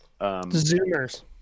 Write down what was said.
Zoomers